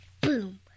boom